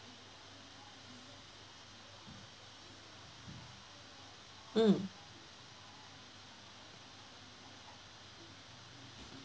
mm